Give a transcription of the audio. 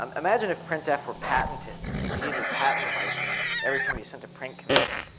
um imagine if printf were patented and you needed a patent licence every time you sent a print command,